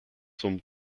zum